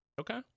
Okay